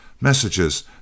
messages